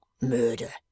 murder